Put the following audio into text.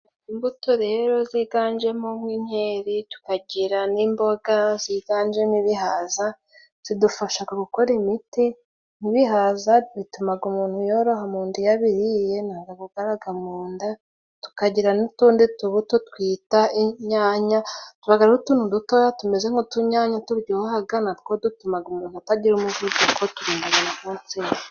Imbuto rero ziganjemo nk'inkeri tukagira n'imboga ziganjemo ibihaza zidufashaga gukora imiti, nk'ibihaza bitumaga umuntu yoroha mu nda iyo abiriye, ntabwo agugaraga mu nda. Tukagira n'utundi tubuto twita inyanya tubaga ari utuntu dutoya tumeze nk'utunyanya turyohaga, natwo dutumaga umuntu atagira umuvuduko turindaga na kanseri.